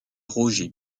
roger